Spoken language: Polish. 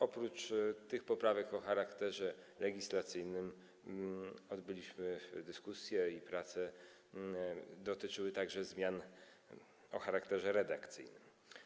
Oprócz zaproponowania poprawek o charakterze legislacyjnym odbyliśmy dyskusję i prace dotyczyły także zmian o charakterze redakcyjnym.